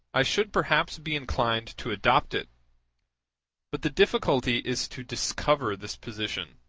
i should perhaps be inclined to adopt it but the difficulty is to discover this position.